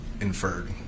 inferred